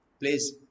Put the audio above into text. Please